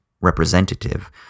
representative